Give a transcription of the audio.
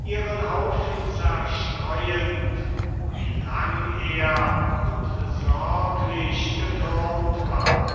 ihren haufen zerstreuend wie lang er und sorglich getürmt war